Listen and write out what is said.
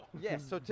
yes